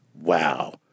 Wow